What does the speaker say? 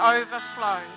overflow